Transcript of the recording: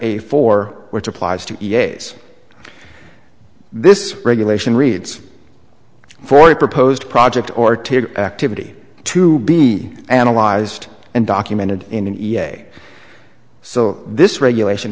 a for which applies to this regulation reads for a proposed project or activity to be analyzed and documented in an e p a so this regulation